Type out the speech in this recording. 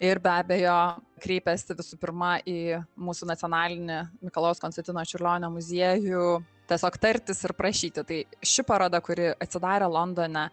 ir be abejo kreipėsi visų pirma į mūsų nacionalinį mikalojaus konstantino čiurlionio muziejų tiesiog tartis ir prašyti tai ši paroda kuri atsidarė londone